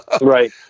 Right